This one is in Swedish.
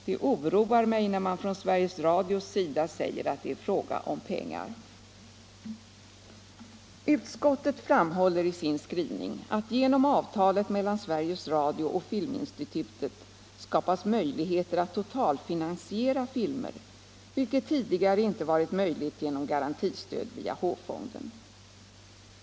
Det oroar mig när man från Sveriges Radios sida säger att det är fråga om pengar.” Utskottet framhåller i sin skrivning att genom avtalet mellan Sveriges Radio och Filminstitutet skapas möjligheter att totalfinansiera filmer, vilket tidigare inte varit möjligt genom garantistöd via H-fonden.